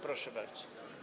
Proszę bardzo.